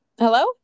Hello